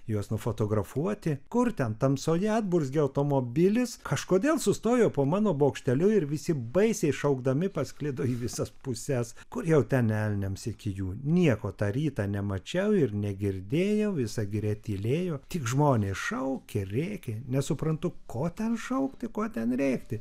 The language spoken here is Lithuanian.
juos nufotografuoti kur ten tamsoje atburzgė automobilis kažkodėl sustojo po mano bokšteliu ir visi baisiai šaukdami pasklido į visas puses kur jau ten elniams iki jų nieko tą rytą nemačiau ir negirdėjau visa giria tylėjo tik žmonės šaukia rėkia nesuprantu ko ten šaukti ko ten rėkti